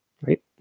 right